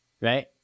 right